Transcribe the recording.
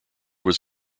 was